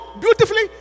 beautifully